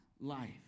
life